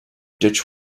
ditch